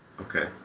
Okay